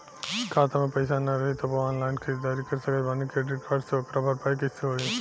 खाता में पैसा ना रही तबों ऑनलाइन ख़रीदारी कर सकत बानी क्रेडिट कार्ड से ओकर भरपाई कइसे होई?